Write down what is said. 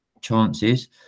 chances